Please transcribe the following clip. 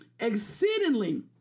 exceedingly